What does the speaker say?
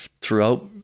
throughout